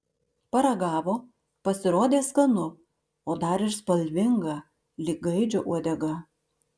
paragavo pasirodė skanu o dar ir spalvinga lyg gaidžio uodega